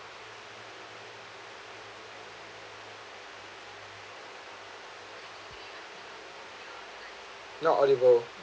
not audible